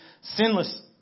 sinless